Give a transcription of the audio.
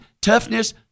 toughness